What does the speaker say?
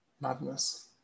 Madness